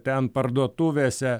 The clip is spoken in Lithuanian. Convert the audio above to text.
ten parduotuvėse